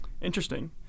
Interesting